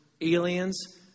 Aliens